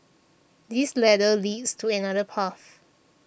this ladder leads to another path